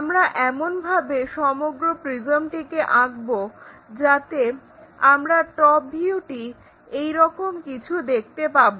আমরা এমনভাবে সমগ্র প্রিজমটিকে আঁকবো যাতে আমরা টপ ভিউটি এরকম কিছু দেখতে পাবো